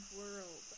world